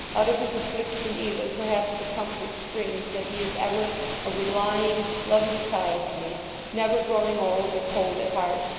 out of whose affliction, even, perhaps the comfort springs that he is ever a relying, loving child to me never growing old or cold at heart,